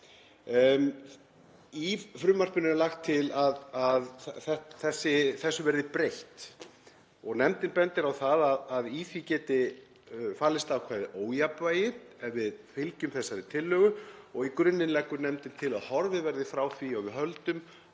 Í frumvarpinu er lagt til að þessu verði breytt. Nefndin bendir á að í því geti falist ákveðið ójafnvægi ef við fylgjum þessari tillögu. Í grunninn leggur nefndin til að horfið verði frá því og að við höldum